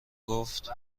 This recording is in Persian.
گفت